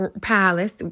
palace